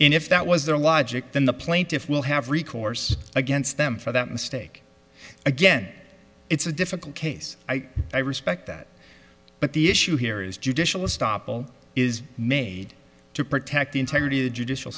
and if that was their logic then the plaintiffs will have recourse against them for that mistake again it's a difficult case i respect that but the issue here is judicial stoppel is made to protect the integrity of the judicial